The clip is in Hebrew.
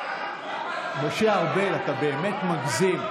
למה אתה לא מוציא אותו?